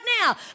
now